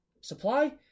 supply